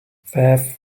vijf